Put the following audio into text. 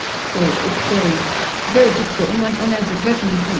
so it's very very difficult. and like and as a person, you